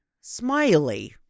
Smiley